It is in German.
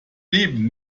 leben